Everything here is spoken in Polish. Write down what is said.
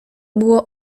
było